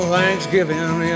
Thanksgiving